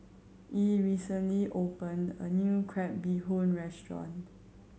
Yee recently opened a new crab bee hoon restaurant